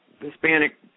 Hispanic